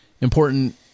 important